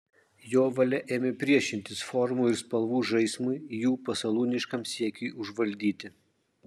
jo valia ėmė priešintis formų ir spalvų žaismui jų pasalūniškam siekiui užvaldyti